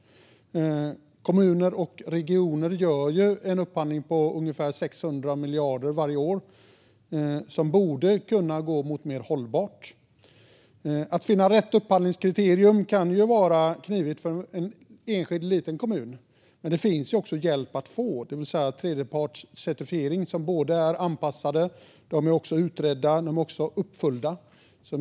Kommuner och regioner gör ju upphandlingar värda ungefär 600 miljarder varje år, och de pengarna borde kunna bidra till hållbarhet. Att finna rätt upphandlingskriterier kan vara knivigt för en liten, enskild kommun, men det finns ju hjälp att få i form av tredjepartscertifieringar. De är anpassade, utredda och uppföljda.